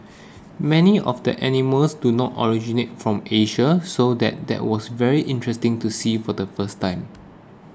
many of the animals do not originate from Asia so that that was very interesting to see for the first time